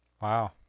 Wow